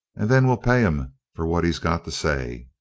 and then we'll pay him for what he's got to say.